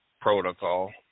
protocol